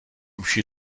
uši